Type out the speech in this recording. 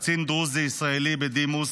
קצין דרוזי ישראלי בדימוס,